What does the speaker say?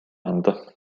anda